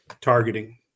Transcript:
targeting